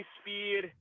speed